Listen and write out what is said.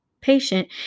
patient